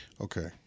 Okay